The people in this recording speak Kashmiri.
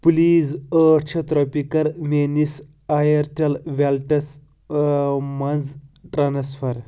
پُلیٖز ٲٹھ شتھ رۄپیہِ کَر میٛٲنِس ایَرٹیل ویلٹس مَنٛز ٹرٛانٕسفر